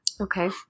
Okay